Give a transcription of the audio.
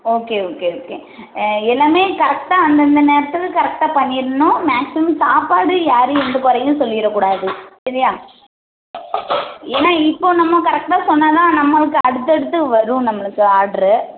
okay okay okay எல்லாமே கரெக்டாக அந்த அந்த நேரத்தில் கரெக்டாக பண்ணிடணும் மேக்ஸிமம் சாப்பாடு யாரும் எந்த குறையும் சொல்லிட கூடாது சரியா ஏன்னா இப்போது நம்ம கரெக்டாக சொன்னால் தான் நம்மளுக்கு அடுத்து அடுத்து வரும் நம்மளுக்கு ஆர்ட்ரு